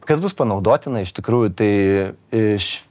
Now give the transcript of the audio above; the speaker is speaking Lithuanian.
kas bus panaudotina iš tikrųjų tai iš